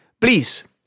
Please